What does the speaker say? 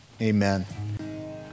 amen